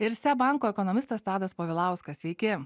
ir seb banko ekonomistas tadas povilauskas sveiki